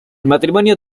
matrimonio